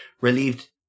relieved